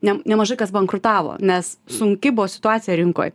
nem nemažai kas bankrutavo nes sunki buvo situacija rinkoj